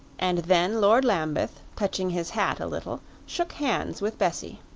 and then lord lambeth, touching his hat a little, shook hands with bessie.